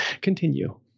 continue